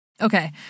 Okay